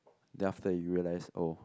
then after that you realise oh